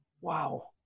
Wow